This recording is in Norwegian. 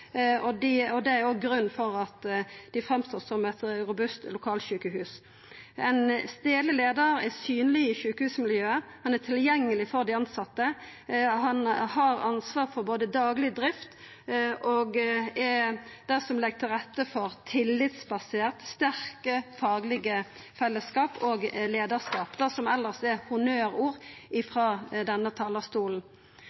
Det er òg grunnen til at dei står fram som eit robust lokalsjukehus. Ein stadleg leiar er synleg i sjukehusmiljøet, er tilgjengeleg for dei tilsette, har ansvar for dagleg drift og er den som legg til rette for tillitsbaserte og sterke faglege fellesskap og leiarskap, det som elles er honnørord frå denne talarstolen. Stadleg leiing er altså ikkje hovudregelen, trass i